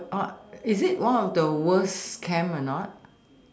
oh is it one of the worst camp or not